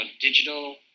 digital